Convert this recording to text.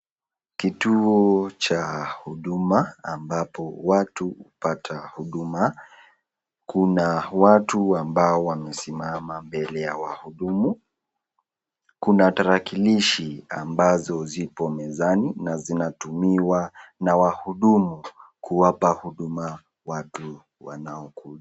Kituo cha huduma ambapo watu hupata huduma, kuna watu ambao wamesimama mbele ya wahudumu, kuna tarakilishi ambazo zipo mezani na zinatumiwa na wahudumu kuwapa huduma watu wanaokuja.